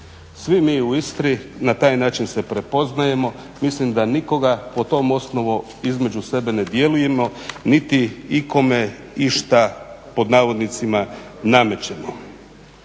Svi mi u Istri na taj način se prepoznajemo, mislim da nikoga po tom osnovu između sebe ne dijelimo niti ikome išta "namećemo".